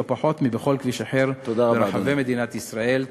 לא פחות מבכל כביש אחר ברחבי מדינת ישראל.